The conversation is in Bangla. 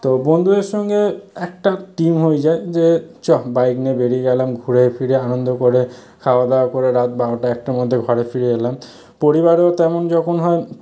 তো বন্ধুদের সঙ্গে একটা টিম হয়ে যায় যে চহ বাইক নিয়ে বেরিয়ে গেলাম ঘুরে ফিরে আনন্দ করে খাওয়া দাওয়া করে রাত বারোটা একটার মধ্যে ঘরে ফিরে এলাম পরিবারেও তেমন যখন হয়